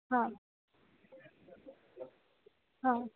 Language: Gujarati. હા હા